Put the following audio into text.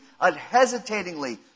unhesitatingly